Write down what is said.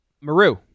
maru